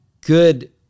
Good